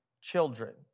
children